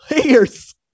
players